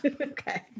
Okay